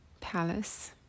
palace